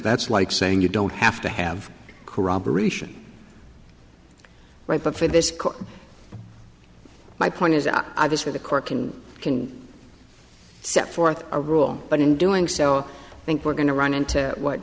that's like saying you don't have to have corroboration right but for this my point is obvious for the court can can set forth a rule but in doing so i think we're going to run into what